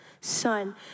Son